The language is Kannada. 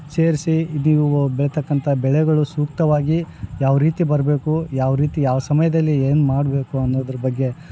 ಸೇರಿಸಿ ಇದೀವಿ ಬೆಳಿತಕ್ಕಂಥ ಬೆಳೆಗಳು ಸೂಕ್ತವಾಗಿ ಯಾವ ರೀತಿ ಬರಬೇಕು ಯಾವ ರೀತಿ ಯಾವ ಸಮಯದಲ್ಲಿ ಏನುಮಾಡ್ಬೇಕು ಅನ್ನೋದ್ರ ಬಗ್ಗೆ